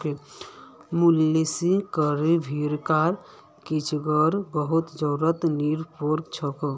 मुलेस कराल भेड़क क्रचिंगेर बहुत जरुरत नी पोर छेक